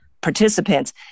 participants